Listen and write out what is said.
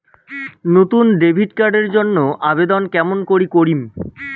নতুন debit card এর জন্যে আবেদন কেমন করি করিম?